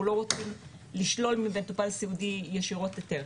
לא רוצים לשלול ממטופל סיעודי ישירות היתר.